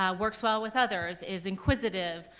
um works well with others, is inquisitive,